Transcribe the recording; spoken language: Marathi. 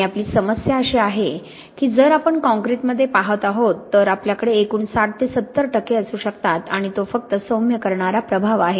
आणि आपली समस्या अशी आहे की जर आपण काँक्रिटमध्ये पाहत आहोत तर आपल्याकडे एकूण 60 ते 70 टक्के असू शकतात आणि तो फक्त सौम्य करणारा प्रभाव आहे